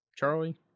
charlie